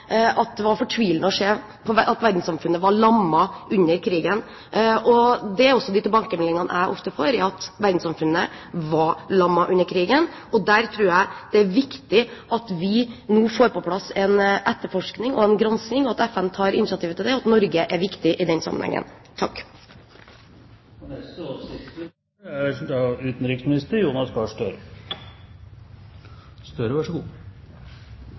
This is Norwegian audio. at det var fortvilende å se at verdenssamfunnet var lammet under krigen. Det er også de tilbakemeldingene jeg ofte får – at verdenssamfunnet var lammet under krigen. Jeg tror det er viktig at vi nå får på plass en etterforskning og en granskning, og at FN tar initiativet til det, og Norge er viktig i den sammenhengen.